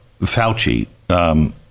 Fauci